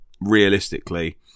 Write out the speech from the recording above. realistically